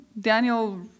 Daniel